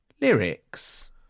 lyrics